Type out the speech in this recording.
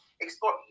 Explore